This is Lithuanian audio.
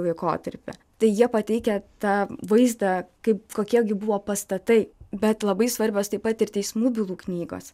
laikotarpį tai jie pateikia tą vaizdą kaip kokie gi buvo pastatai bet labai svarbios taip pat ir teismų bylų knygos